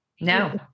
No